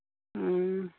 ᱦᱮᱸ